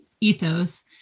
ethos